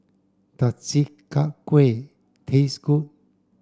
does Chi Kak Kuih taste good